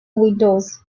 windows